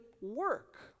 work